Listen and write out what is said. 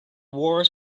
wars